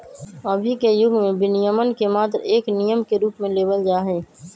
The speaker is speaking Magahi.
अभी के युग में विनियमन के मात्र एक नियम के रूप में लेवल जाहई